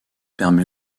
permet